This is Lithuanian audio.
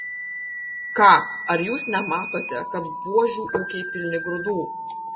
ką ar jūs nematote kad buožių ūkiai pilni grūdų